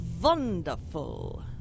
wonderful